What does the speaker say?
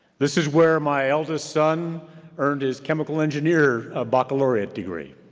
this is where my eldest son earned his chemical engineer ah baccalaureate degree.